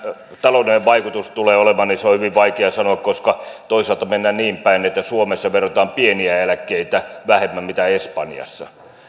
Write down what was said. taloudellinen vaikutus tulee olemaan on hyvin vaikea sanoa koska toisaalta mennään niin päin että suomessa verotetaan pieniä eläkkeitä vähemmän kuin espanjassa